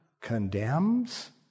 condemns